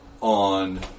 on